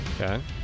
okay